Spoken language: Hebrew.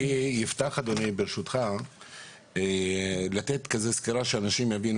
אני אפתח בסקירה כדי שאנשים יבינו